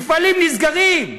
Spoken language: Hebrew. מפעלים נסגרים.